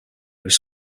was